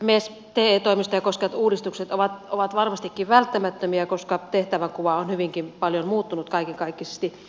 te toimistoja koskevat uudistukset ovat varmastikin välttämättömiä koska tehtävänkuva on hyvinkin paljon muuttunut kaiken kaikkisesti